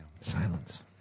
Silence